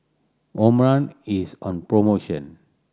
Omron is on promotion